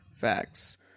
facts